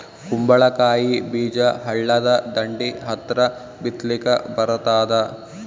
ಕುಂಬಳಕಾಯಿ ಬೀಜ ಹಳ್ಳದ ದಂಡಿ ಹತ್ರಾ ಬಿತ್ಲಿಕ ಬರತಾದ?